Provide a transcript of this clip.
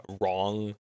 wrong